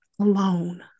alone